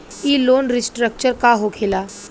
ई loan restructure का होखे ला?